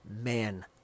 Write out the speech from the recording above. man